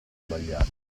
sbagliato